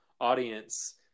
audience